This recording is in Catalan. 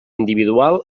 individual